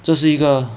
这是一个